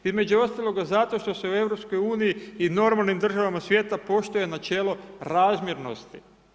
Između ostaloga zato što se u EU i normalnim državama svijeta poštuje načelo razmjernosti.